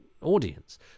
audience